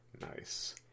Nice